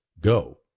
go